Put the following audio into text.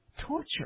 Torture